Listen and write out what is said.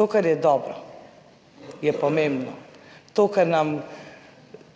(Nadaljevanje) Je pomembno.